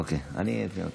אוקיי, אני אעדכן אותך.